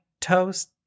toast